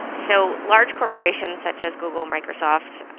so large corporations such as google and microsoft,